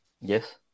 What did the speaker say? Yes